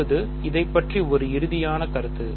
இப்போது இதைப் பற்றி ஒரு இறுதி கருத்து